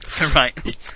Right